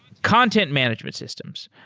content management systems.